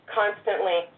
constantly